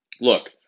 look